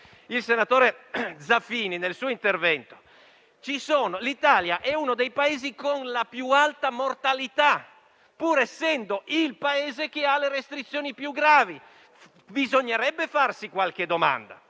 il senatore Zaffini nel suo intervento in discussione generale, l'Italia è uno dei Paesi con la più alta mortalità, pur essendo il Paese che ha le restrizioni più gravi; bisognerebbe porsi qualche domanda.